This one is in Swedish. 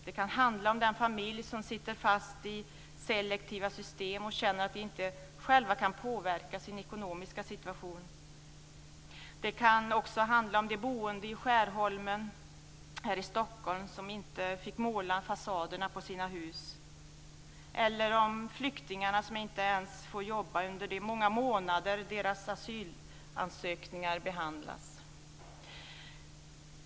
Det kan handla om den familj som sitter fast i selektiva system och känner att de själva inte kan påverka sin ekonomiska situation. Det kan också handla om de boende i Skärholmen här i Stockholm som inte fick måla fasaderna på sina hus, eller om flyktingarna som inte ens får jobba under de många månader deras asylansökningar behandlas.